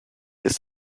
ist